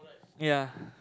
ya